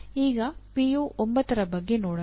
ಈಗ PO9 ಬಗ್ಗೆ ನೋಡೋಣ